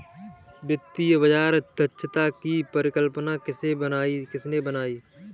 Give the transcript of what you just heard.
वित्तीय बाजार दक्षता की परिकल्पना किसने बनाई?